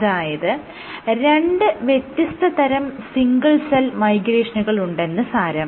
അതായത് രണ്ട് വ്യത്യസ്തതരം സിംഗിൾ സെൽ മൈഗ്രേഷനുകൾ ഉണ്ടെന്ന് സാരം